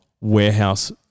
warehouse